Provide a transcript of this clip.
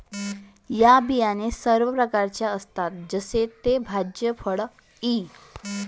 या बिया सर्व प्रकारच्या असतात जसे की भाज्या, फळे इ